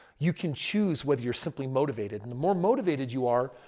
you can choose whether you're simply motivated. and the more motivated you are,